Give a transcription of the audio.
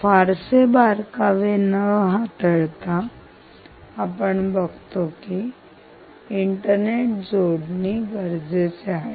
फारसे बारकावे अर्थ न हाताळता आपण बघतो की इंटरनेट जोडणी गरजेचे आहे